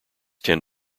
tend